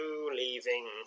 leaving